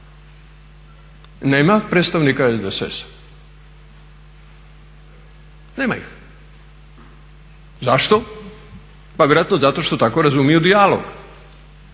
Nema predstavnika SDSS-a, nema ih. Zašto? Pa vjerojatno zato što tako razumiju dijalog.